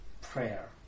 prayer